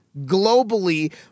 globally